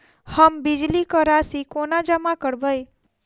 हम बिजली कऽ राशि कोना जमा करबै?